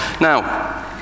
Now